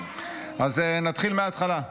נתחיל מההתחלה.